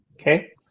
okay